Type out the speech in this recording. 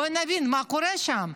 בואו נבין מה קורה שם.